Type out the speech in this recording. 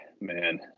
Man